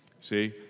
see